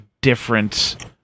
different